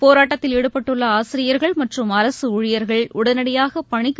போராட்டத்தில் ஈடுபட்டுள்ள ஆசிரியர்கள் மற்றும் அரசு ஊழியர்கள் உடனடியாக பணிக்கு